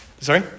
Sorry